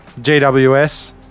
GWS